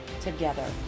together